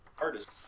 artist